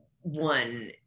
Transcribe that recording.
one